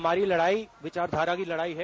हमारी लड़ाई विचार धारा की लड़ाई है